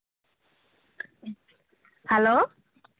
hello